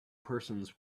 persons